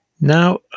Now